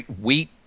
Wheat